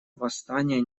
восстания